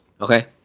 Okay